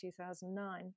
2009